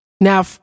Now